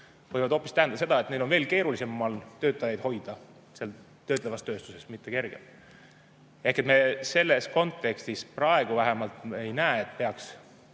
võivad hoopis tähendada seda, et neil on veel keerulisem oma töötajaid hoida töötlevas tööstuses, mitte kergem. Ehk me selles kontekstis praegu vähemalt ei näe, et peaks